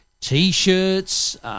t-shirts